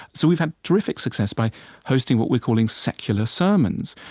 so we've had terrific success by hosting what we're calling secular sermons.